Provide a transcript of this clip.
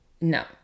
No